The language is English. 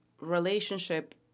relationship